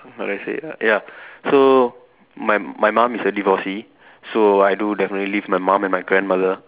what did I say ya so my my mum is a divorcee so I do definitely live with my mum and grandmother